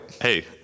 Hey